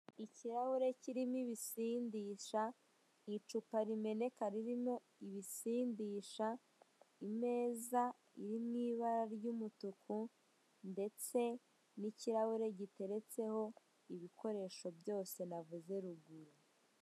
Ikirahure kirimo ibisindisha icupa rimeneka ririmo ibisindisha imeza iri mw'ibara ry'umutuku ndetse n'ikirahure giteretseho ibikoresho byose navuze ruguru.